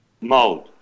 mode